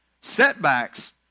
Setbacks